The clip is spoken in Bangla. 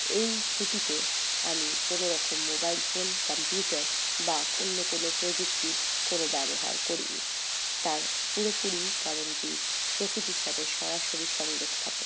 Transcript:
এই ছুটিতে আমি কোনোরকম মোবাইল ফোন কম্পিউটার বা অন্য কোনও প্রযুক্তির কোনও ব্যবহার করিনি তার পুরোপুরি কারণটি প্রকৃতির সাথে সরাসরি সংযোগ স্থাপন